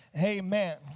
amen